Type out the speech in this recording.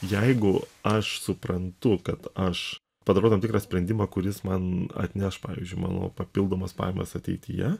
jeigu aš suprantu kad aš padariau tam tikrą sprendimą kuris man atneš pavyzdžiui mano papildomas pajamas ateityje